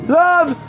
love